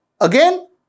again